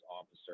officer